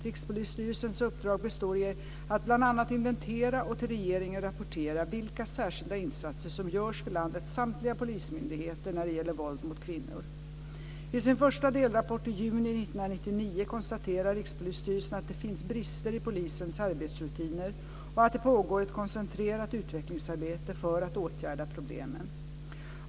Rikspolisstyrelsens uppdrag består i att bl.a. inventera och till regeringen rapportera vilka särskilda insatser som görs vid landets samtliga polismyndigheter när det gäller våld mot kvinnor. I sin första delrapport i juni 1999 konstaterar Rikspolisstyrelsen att det finns brister i polisens arbetsrutiner och att det pågår ett koncentrerat utvecklingsarbete för att åtgärda problemen.